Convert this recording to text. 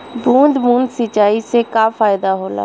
बूंद बूंद सिंचाई से का फायदा होला?